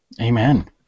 Amen